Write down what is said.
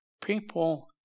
people